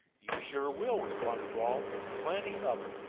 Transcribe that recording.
you sure will, responded rawle, and plenty of it.